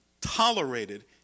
tolerated